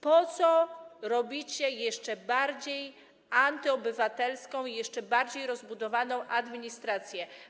Po co tworzycie jeszcze bardziej antyobywatelską i jeszcze bardziej rozbudowaną administrację?